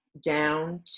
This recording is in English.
down